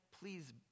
please